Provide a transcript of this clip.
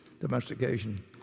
domestication